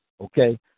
Okay